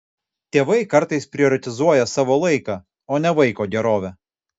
tėvai kartais prioritizuoja savo laiką o ne vaiko gerovę